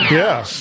yes